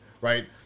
right